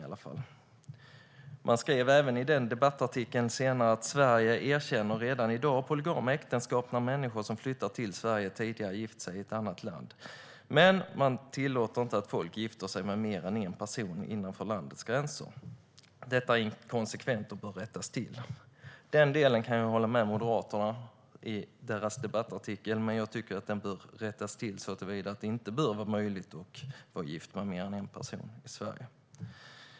Senare i debattartikeln skriver de: "Sverige erkänner redan idag polygama äktenskap när människor som flyttar till Sverige tidigare gift sig i ett annat land. Men man tillåter inte att folk gifter sig med mer än en person innanför landets gränser. Detta är en inkonsekvens som bör rättas till." Den delen av artikeln kan jag hålla med Moderaterna om. Jag tycker att den bör rättas till så att det inte är möjligt att vara gift med fler än en person i Sverige.